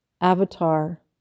avatar